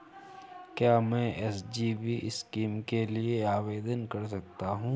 क्या मैं SGB scheme के लिए आवेदन कर सकता हूँ?